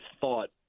thought –